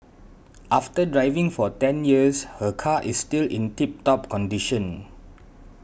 after driving for ten years her car is still in tip top condition